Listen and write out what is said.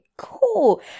cool